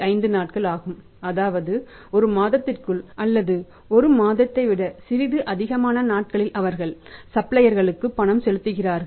5 நாட்கள் ஆகும் அதாவது ஒரு மாதத்திற்குள் அல்லது ஒரு மாதத்தை விட சிறிது அதிகமான நாட்களில் அவர்கள் சப்ளையர்களுக்கு பணம் செலுத்துகிறார்கள்